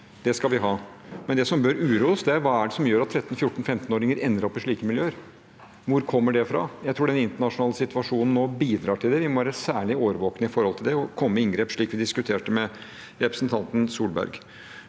Det skal vi ha. Men det som bør uroe oss, er spørsmålet: Hva er det som gjør at 13-, 14- og 15-åringer ender opp i slike miljøer? Hvor kommer det fra? Jeg tror den internasjonale situasjonen nå bidrar til det. Vi må være særlig årvåkne overfor det og komme i inngrep, slik jeg diskuterte med representanten Erna Solberg.